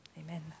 Amen